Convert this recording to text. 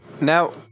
Now